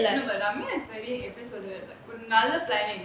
no but ramir is very எப்படி சொல்றது:epdi solrathu like நல்ல:nalla